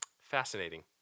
Fascinating